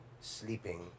sleeping